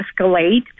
escalate